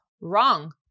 Wrong